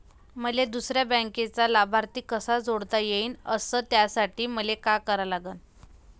मले दुसऱ्या बँकेचा लाभार्थी कसा जोडता येईन, अस त्यासाठी मले का करा लागन?